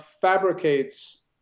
fabricates